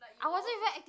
I wasn't even active~